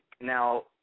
Now –